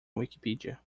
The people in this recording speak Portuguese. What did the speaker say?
wikipedia